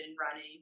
running